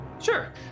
Sure